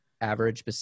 average